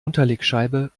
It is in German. unterlegscheibe